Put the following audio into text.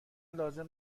لازم